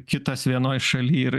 kitas vienoj šaly ir